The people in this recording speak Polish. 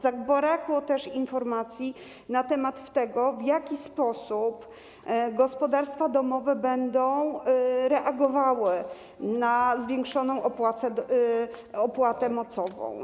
Zabrakło też informacji na temat tego, w jaki sposób gospodarstwa domowe będą reagowały na zwiększoną opłatę mocową.